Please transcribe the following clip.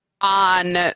on